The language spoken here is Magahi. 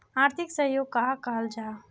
आर्थिक सहयोग कहाक कहाल जाहा जाहा?